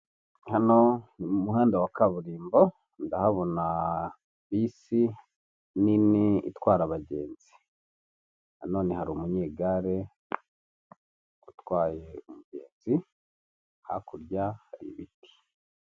Hano ni mu muhanda wa kaburimbo, ndahabona bisi nini itwara abagenzi nanone hari umunyegare utwaye umugenzi, hakurya hari ibiti.